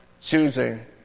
choosing